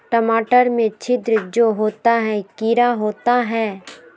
टमाटर में छिद्र जो होता है किडा होता है?